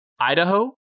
Idaho